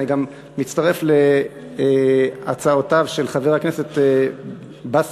אני גם מצטרף להצעותיו של חבר הכנסת באסל,